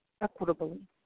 equitably